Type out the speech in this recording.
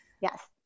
Yes